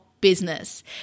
business